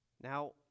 Now